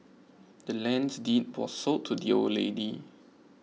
the land's deed was sold to the old lady